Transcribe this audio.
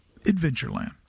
Adventureland